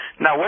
Now